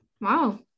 Wow